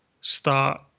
start